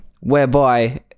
whereby